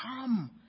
come